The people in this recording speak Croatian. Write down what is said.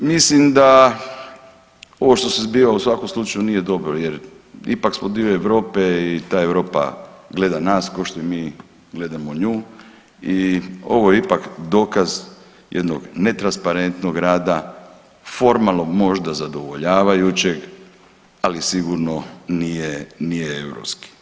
I mislim da ovo što se zbiva u svakom slučaju nije dobro jer ipak smo dio Europe i ta Europa gleda nas košto i mi gledamo nju i ovo je ipak dokaz jednog netransparetnog rada, formalnog možda zadovoljavajućeg, ali sigurno nije, nije europski.